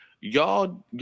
Y'all